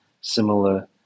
similar